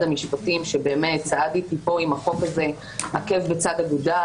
המשפטים שבאמת צעד איתי פה עם החוק הזה עקב בצד האגודל,